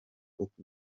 uko